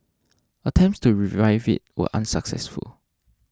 attempts to revive it were unsuccessful